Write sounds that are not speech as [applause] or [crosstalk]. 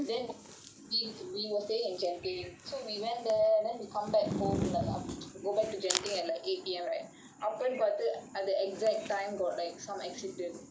then we we were staying in genting so we went there then we come back home like [noise] go back to genting at like eight P_M right அப்பனு பாத்து:appanu paathu at the exact time got like some accident